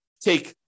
take